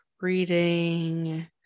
reading